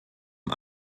die